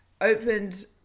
opened